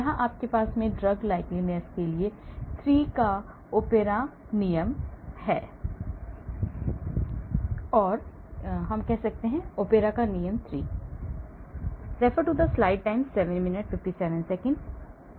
यहाँ आपके पास drug likeness के लिए Oprea का नियम 3 है